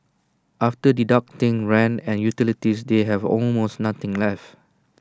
after deducting rent and utilities they have almost nothing left